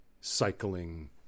cycling